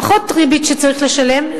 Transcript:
פחות ריבית שצריך לשלם,